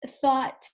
thought